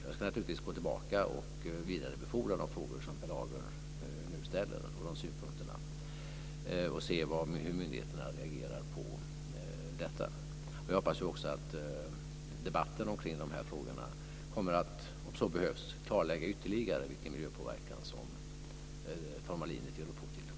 Jag ska naturligtvis vidarebefordra de frågor och synpunkter som Per Lager nu för fram och se hur myndigheterna reagerar på detta. Jag hoppas också att den debatt som behövs i dessa frågor ytterligare kommer att klarlägga vilken miljöpåverkan som formalinet ger upphov till.